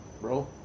bro